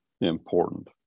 important